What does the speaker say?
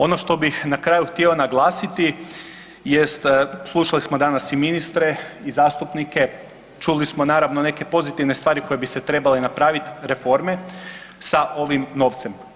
Ono što bih na kraju htio naglasiti jest, slušali smo danas i ministre i zastupnike, čuli smo naravno neke pozitivne stvari koje bi se trebale napraviti, reforme sa ovim novcem.